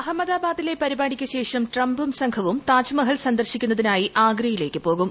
അഹമ്മദാബാദിലെ പരിപാടിക്കു ശേഷം ട്രംപും സംഘവും താജ്മഹൽ സന്ദർശിക്കുന്നതിനായി ആഗ്രയിലേക്ക് പോകും